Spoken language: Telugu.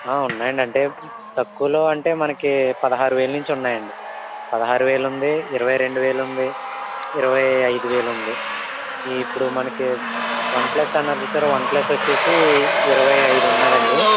ఉన్నాయండి అంటే తక్కువలో అంటే మనకి పదహారు వేలు నుంచి ఉన్నాయండి పదహారు వేలుంది ఇరువై రెండు వేలుంది ఇరవై ఐదు వేలుంది ఇప్పుడు మనకి వన్ ప్లస్ అన్నారు చూసారా వన్ ప్లస్ వచ్చేసి ఇరవై ఐదు ఉన్నాదండి